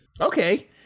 Okay